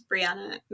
Brianna